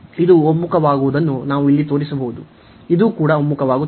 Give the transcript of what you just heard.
ಇದು ಒಮ್ಮುಖವಾಗುವುದನ್ನು ನಾವು ಇಲ್ಲಿ ತೋರಿಸಬಹುದು ಇದು ಕೂಡ ಒಮ್ಮುಖವಾಗುತ್ತದೆ